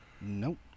Nope